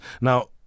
Now